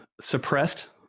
suppressed